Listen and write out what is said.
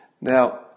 Now